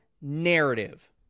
narrative